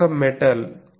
ఇది ఒక మెటల్